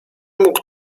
mógł